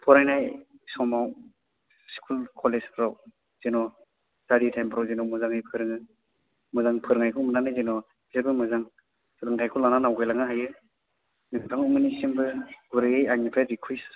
फरायनाय समाव स्कुल कलेजफ्राव जेन' स्टाडि टाइमाव मोजाङै फोरोङो मोजां फोरोंनायखौ नुनानै जेन' बेसोरबो मोजां सोलोंथाइखौ लानानै आवगायलांनो हायो नोंथांमोननिसिमबो गुरैयै आंनिफ्राइ रिकुइस